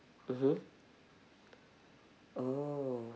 mmhmm oh